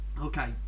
Okay